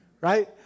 Right